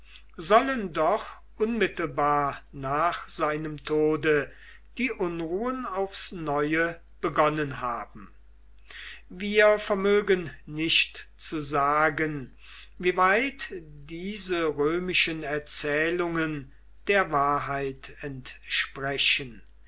sollen doch unmittelbar nach seinem tode die unruhen aufs neue begonnen haben wir vermögen nicht zu sagen wieweit diese römischen erzählungen der wahrheit entsprechen